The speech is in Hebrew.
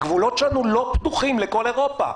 הגבולות שלנו לא פתוחים לכל אירופה.